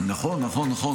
נכון, נכון, נכון.